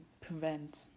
prevent